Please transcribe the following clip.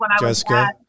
Jessica